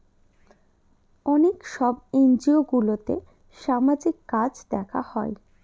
অনেক সব এনজিওগুলোতে সামাজিক কাজ দেখা হয়